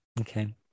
okay